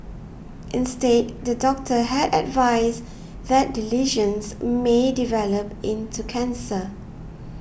instead the doctor had advised that the lesions may develop into cancer